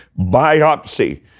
Biopsy